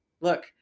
look